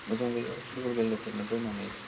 मोजां जायो आरो भलीबल गेलेनायफोर नायनानै